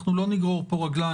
אנחנו לא נגרור פה רגליים,